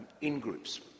in-groups